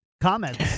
comments